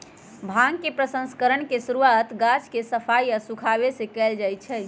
भांग के प्रसंस्करण के शुरुआत गाछ के सफाई आऽ सुखाबे से कयल जाइ छइ